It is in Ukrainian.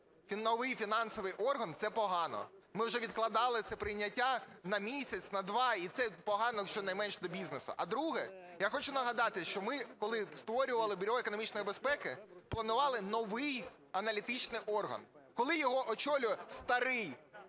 новий фінансовий орган, це погано. Ми вже відкладали це прийняття на місяць, на два, і це погано щонайменш до бізнесу. А друге, я хочу нагадати, що ми, коли створювали Бюро економічної безпеки, планували новий аналітичний орган. Коли його очолює старий